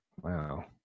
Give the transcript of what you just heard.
Wow